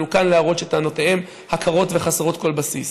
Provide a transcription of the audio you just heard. אנו כאן להראות שטענותיה עקרות וחסרות כל בסיס.